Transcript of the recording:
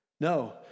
No